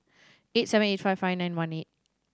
eight seven eight five five nine one eight